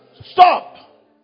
Stop